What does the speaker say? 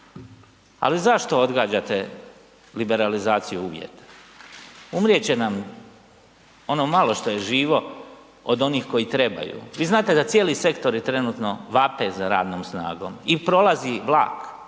ali zašto odgađate liberalizaciju uvjeta? Umrijet će nam ono malo što je živo od onih koji trebaju. Vi znate da cijeli sektori trenutno vape za rednom snagom i prolazi vlak.